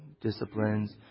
disciplines